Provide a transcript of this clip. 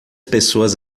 pessoas